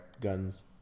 guns